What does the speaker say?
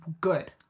good